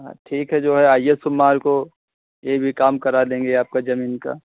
ठीक है जो है आइए सोमवार को यह भी काम करा देंगे आपका ज़मीन का